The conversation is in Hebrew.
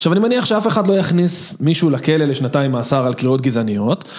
עכשיו אני מניח שאף אחד לא יכניס מישהו לכלא לשנתיים מאסר על קריאות גזעניות